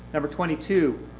number twenty two,